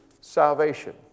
salvation